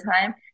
time